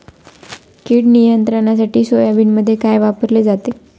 कीड नियंत्रणासाठी सोयाबीनमध्ये काय वापरले जाते?